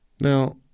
Now